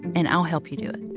and i'll help you do it.